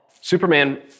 Superman